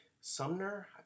Sumner